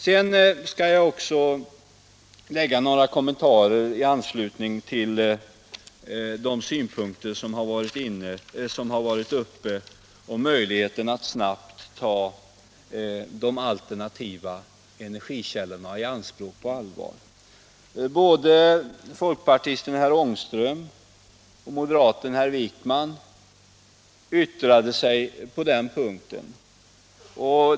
Jag skall också göra några kommentarer i anslutning till de synpunkter som har varit uppe om möjligheten att snabbt ta de alternativa energikällorna i anspråk på allvar. Både folkpartisten Ångström och moderaten Wijkman yttrade sig på den punkten.